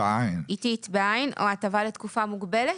או הטבה לתקופה מוגבלת?